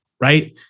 right